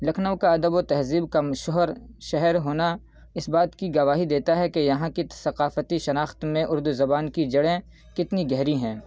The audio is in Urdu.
لکھنؤ کا ادب و تہذیب کم شہر شہر ہونا اس بات کی گواہی دیتا ہے کہ یہاں کی ثقافتی شناخت میں اردو زبان کی جڑیں کتنی گہری ہیں